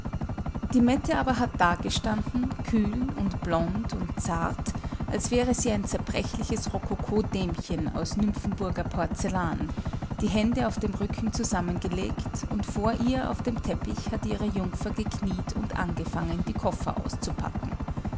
die mette aber hat dagestanden kühl und blond und zart als wäre sie ein zerbrechliches rokokodämchen aus nymphenburger porzellan die hände auf dem rücken zusammengelegt und vor ihr auf dem teppich hat ihre jungfer gekniet und angefangen die koffer auszupacken